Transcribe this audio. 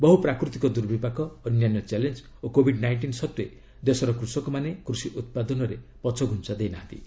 ବହୁ ପ୍ରାକୃତିକ ଦୁର୍ବିପାକ ଅନ୍ୟାନ୍ୟ ଚ୍ୟାଲେଞ୍ଜ ଓ କୋବିଡ୍ ନାଇଷ୍ଟିନ୍ ସତ୍ତ୍ୱେ ଦେଶର କୃଷକମାନେ କୃଷି ଉତ୍ପାଦନରେ ପଛଘୁଞ୍ଚା ଦେଇନାହାନ୍ତି